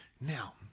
Now